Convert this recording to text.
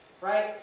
right